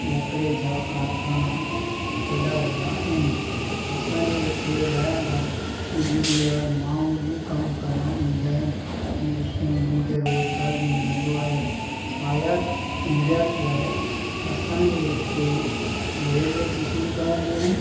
लकिड़े जा कारखाना वॾा वॾा आहिनि असांजे हिते ॿाहिरां खां इंजीनियर माऊं बि कम करण ईंदा आहिनि ईअं किन किन खे रोज़गार बि मिलंदो आहे आयात निर्यात लाइ असांजे हिते रेलवे जी सुविधाऊं बि आहिनि